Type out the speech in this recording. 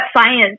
science